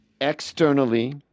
externally